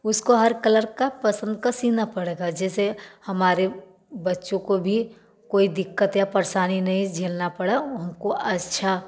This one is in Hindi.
उसको हर कलर का पसंद का सिलना पड़ेगा जैसे हमारे बच्चों को भी कोई दिक्कत या परेशानी नहीं झेलना पड़ा वह हमको अच्छा